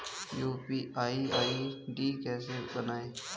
UPI ID कैसे बनाएं?